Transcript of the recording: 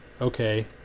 okay